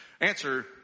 answer